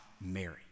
Mary